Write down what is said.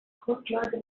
grundlage